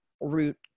root